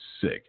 Sick